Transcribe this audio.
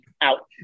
out